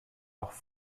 auch